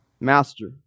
Master